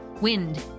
wind